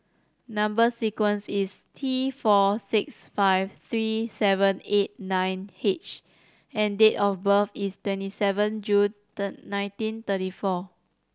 number sequence is T four six five three seven eight nine H and date of birth is twenty seven June the nineteen thirty four